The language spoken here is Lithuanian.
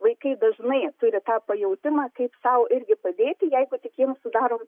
vaikai dažnai turi tą pajautimą kaip sau irgi padėti jeigu tik jiem sudarom